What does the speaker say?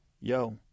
Yo